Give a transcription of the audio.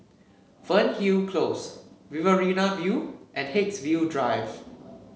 Fernhill Close Riverina View and Haigsville Drive